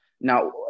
now